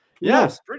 Yes